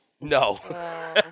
no